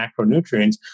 macronutrients